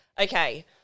okay